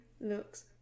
looks